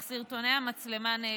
אך סרטוני המצלמה נעלמו.